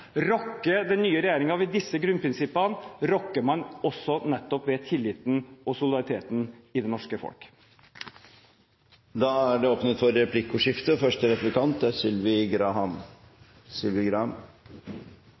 den nye regjeringen ved disse grunnprinsippene, rokker den også ved tilliten og solidariteten i det norske folk. Det åpnes for replikkordskifte. Representanten Giske snakket om humør – jeg er